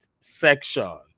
section